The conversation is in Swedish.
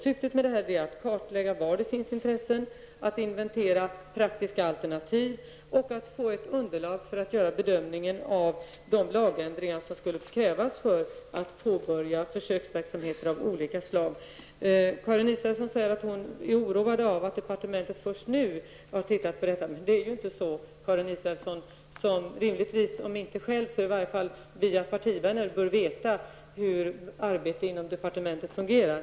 Syftet är att kartlägga var det finns intresse, att inventera praktiska alternativ och att få ett underlag för att göra bedömningen av de lagändringar som skulle krävas för att man skall kunna påbörja försöksverksamhet av olika slag. Karin Israelsson säger att hon är oroad över att departementet först nu har tittat på det här. Det är ju inte så, Karin Israelsson! Karin Israelsson bör, om inte själv så via partivänner, veta hur arbetet inom departementet fungerar.